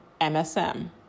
MSM